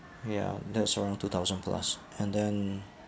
ya that's around two thousand plus and then